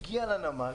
הגיעה לנמל,